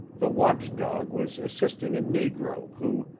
the watch-dog was assisting a negro who,